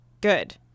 good